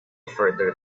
further